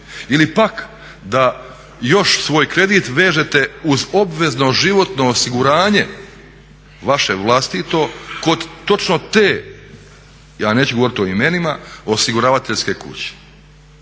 ili pak da još svoj kredit vežete uz obvezno životno osiguranje vaše vlastito kod točno te, ja neću govoriti o imenima, osiguravateljske kuće.